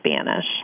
Spanish